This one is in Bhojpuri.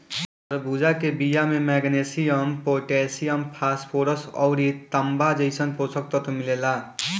तरबूजा के बिया में मैग्नीशियम, पोटैशियम, फास्फोरस अउरी तांबा जइसन पोषक तत्व मिलेला